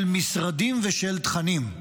של משרדים ושל תכנים.